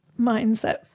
mindset